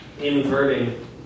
inverting